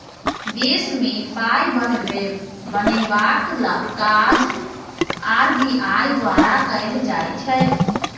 देशमे पाय बनेबाक काज आर.बी.आई द्वारा कएल जाइ छै